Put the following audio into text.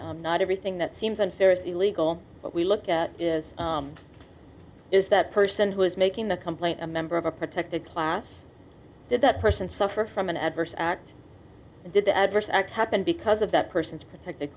of everything that seems unfair is illegal what we look at is is that person who is making the complaint a member of a protected class did that person suffer from an adverse act did the adverse act happen because of that person's protected